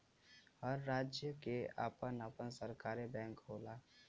हर राज्य के आपन आपन सरकारी बैंक होला